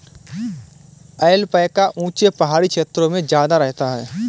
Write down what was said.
alpaca ऊँचे पहाड़ी क्षेत्रों में ज्यादा रहता है